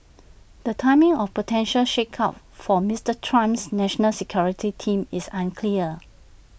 the timing of potential shakeup for Mister Trump's national security team is unclear